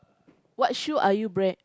what shoe are you brand